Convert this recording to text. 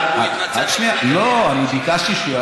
אני רציתי שהבן אדם שכינה אותו בכינוי הזה